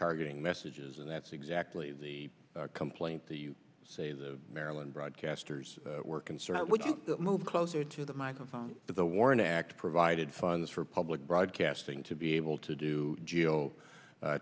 targeting messages and that's exactly the complaint that you say the maryland broadcasters were concerned would move closer to the microphone that the warren act provided funds for public broadcasting to be able to do